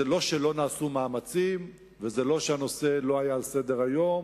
זה לא שלא נעשו מאמצים וזה לא שהנושא לא היה על סדר-היום,